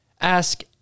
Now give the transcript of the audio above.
Ask